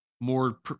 more